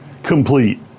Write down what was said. complete